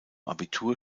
abitur